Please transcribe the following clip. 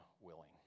willing